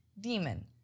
demon